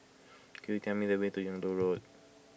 could you tell me the way to Yung Loh Road